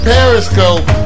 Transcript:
Periscope